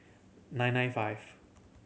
nine nine five